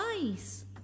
nice